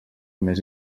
més